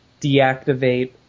deactivate